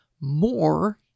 more